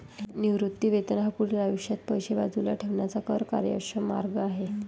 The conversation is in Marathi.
निवृत्ती वेतन हा पुढील आयुष्यात पैसे बाजूला ठेवण्याचा कर कार्यक्षम मार्ग आहे